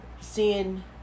seeing